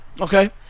Okay